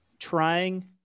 trying